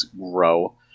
grow